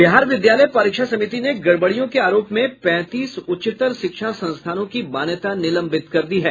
बिहार विद्यालय परीक्षा समिति ने गड़बड़ियों के आरोप मे पैंतीस उच्चतर शिक्षा संस्थानों की मान्यता निलंबित कर दी है